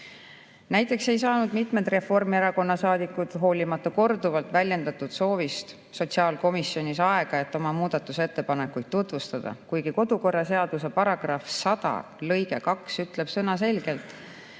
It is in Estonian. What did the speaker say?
Näiteks ei saanud mitmed Reformierakonna saadikud hoolimata korduvalt väljendatud soovist sotsiaalkomisjonis aega, et oma muudatusettepanekuid tutvustada, kuigi kodukorraseaduse § 100 lõige 2 ütleb sõnaselgelt,